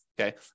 okay